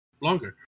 longer